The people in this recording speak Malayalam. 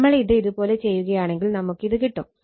നമ്മളിത് ഇത് പോലെ ചെയ്യുകയാണെങ്കിൽ നമുക്ക് ഇത് കിട്ടും